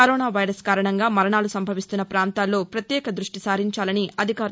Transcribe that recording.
corona virus కారణంగా మరణాలు సంభవిస్తున్న ప్రాంతాల్లో ప్రత్యేక దృష్టిసారించాలన్నారు